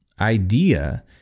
idea